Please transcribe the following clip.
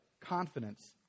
confidence